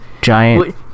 giant